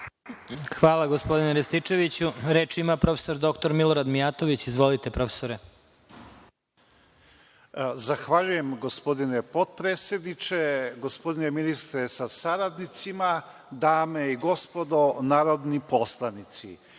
Hvala, gospodine Rističeviću. Reč ima prof. dr Milorad Mijatović. Izvolite, profesore. **Milorad Mijatović** Zahvaljujem, gospodine potpredsedniče. Gospodine ministre sa saradnicima, dame i gospodo narodni poslanici,